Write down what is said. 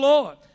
Lord